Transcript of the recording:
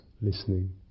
listening